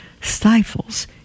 stifles